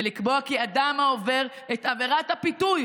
ולקבוע כי אדם העובר רק את עבירת הפיתוי,